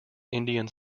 indian